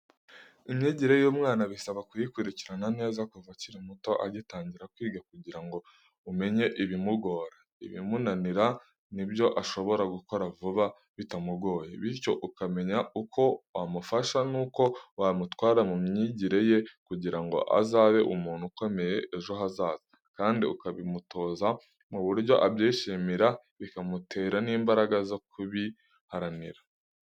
Imyigire y'umwana bisaba kuyikurikirana neza kuva akiri muto agitangira kwiga kugira ngo umenye ibimugora, ibimunanira n'ibyo ashobora gukora vuba bitamugoye, bityo ukamenya uko wamufasha nuko wamutwara mu myigire ye kugira ngo azabe umuntu ukomeye ejo hazaza, kandi ukabimutoza mu buryo abyishimira bikamutera n'imbaraga zo kubiharanira.